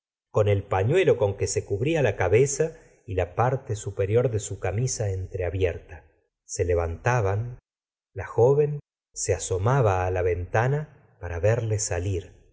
con el pañuelo con que se cubría la cabeza y la parte superior de su camisa entreabierta se levantaban la joven se asomaba la ventana para verle salir